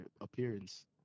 appearance